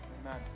amen